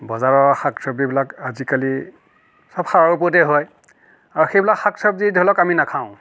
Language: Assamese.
বজাৰৰ শাক চব্জিবিলাক আজিকালি চব সাৰৰ ওপৰতেই হয় আৰু সেইবিলাক শাক চব্জি ধৰি লওক আমি নাখাওঁ